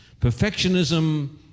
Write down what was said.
Perfectionism